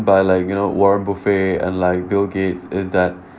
by like you know warren buffet and like bill gates is that